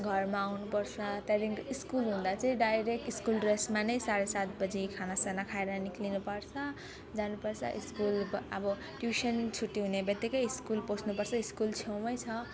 घरमा आउनुपर्छ त्यहाँदेखिको स्कुल हुँदा चाहिँ डाइरेक्ट स्कुल ड्रेसमा नै साढे सात बजी खानासाना खाएर निस्किनुपर्छ जानुपर्छ स्कुल अब अब ट्युसन छुट्टी हुनेबित्तिकै स्कुल पस्नुपर्छ स्कुल छेउमै छ